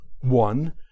One